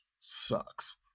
sucks